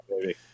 baby